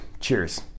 Cheers